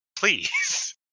Please